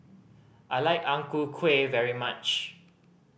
I like Ang Ku Kueh very much